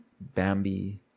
Bambi